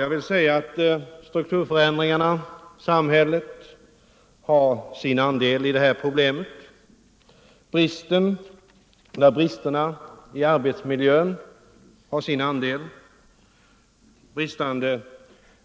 Jag vill säga att strukturförändringarna har sin andel i problemet, bristerna i arbetsmiljön har sin andel, och bristande